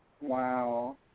Wow